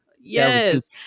Yes